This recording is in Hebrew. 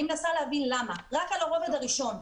אני מנסה להבין למה, רק על הרובד הראשון.